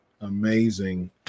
amazing